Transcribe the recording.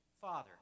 Father